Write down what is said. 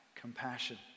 compassion